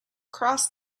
cross